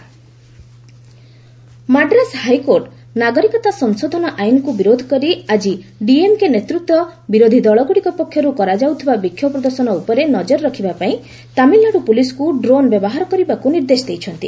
HC TN agitation Madras high court ନାଗରିକତା ସଂଶୋଧନ ଆଇନକୁ ବିରୋଧ କରି ଆକି ଡିଏମ୍କେ ନେତୃତ୍ୱ ବିରୋଧୀଦଳଗୁଡ଼ିକ ପକ୍ଷରୁ କରାଯାଉଥିବା ବିକ୍ଷୋଭ ପ୍ରଦର୍ଶନ ଉପରେ ନଜର ରଖିବାପାଇଁ ତାମିଲନାଡ଼ୁ ପୁଲିସ୍କୁ ଡ୍ରୋନ୍ ବ୍ୟବହାର କରିବାକୁ ନିର୍ଦ୍ଦେଶ ଦେଇଛନ୍ତି